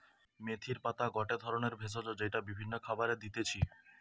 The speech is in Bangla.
মেথির পাতা গটে ধরণের ভেষজ যেইটা বিভিন্ন খাবারে দিতেছি